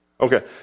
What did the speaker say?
Okay